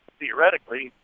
theoretically